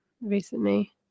recently